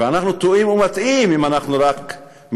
ואנחנו טועים ומטעים אם אנחנו מתייחסים